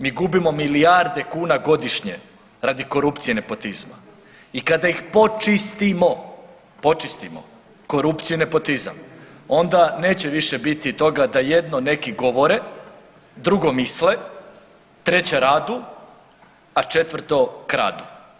Mi gubimo milijarde kuna godišnje radi korupcije i nepotizma i kada ih počistimo, počistimo korupciju i nepotizam onda neće više biti toga da jedno neki govore, drugo misle, treće radu, a četvrto kradu.